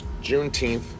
Juneteenth